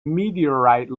meteorite